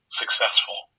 successful